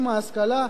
עם ההשכלה,